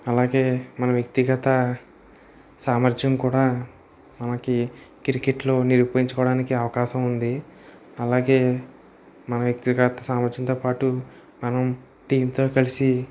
అలాగే మన వ్యక్తిగత సామర్థ్యం కూడా మనకు క్రికెట్ లో నిరూపించుకోవడానికి అవకాశం ఉంది అలాగే మన వ్యక్తిగత సామర్థ్యంతో పాటు మనం టీంతో కలిసి